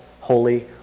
holy